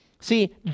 See